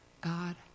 God